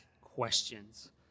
questions